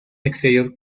exterior